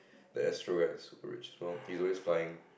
that's right he's super rich well he's always flying